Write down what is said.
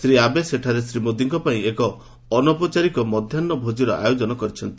Shri Abe ସେଠାରେ ଶ୍ରୀ ମୋଦିଙ୍କ ପାଇଁ ଏକ ଅନୌପଚାରିକ ମଧ୍ୟାହୁ ଭୋଜିର ଆୟୋଜନ କରିଛନ୍ତି